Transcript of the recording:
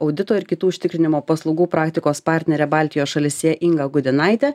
audito ir kitų užtikrinimo paslaugų praktikos partnerė baltijos šalyse inga gudinaitė